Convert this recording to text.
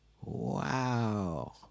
wow